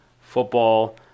football